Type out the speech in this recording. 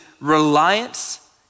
reliance